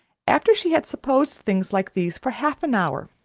after she had supposed things like these for half an hour,